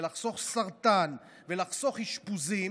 לחסוך סרטן ולחסוך אשפוזים,